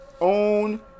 own